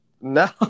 No